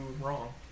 wrong